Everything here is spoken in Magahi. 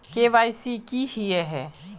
के.वाई.सी की हिये है?